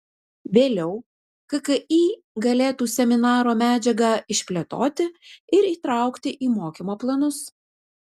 vėliau kki galėtų seminaro medžiagą išplėtoti ir įtraukti į mokymo planus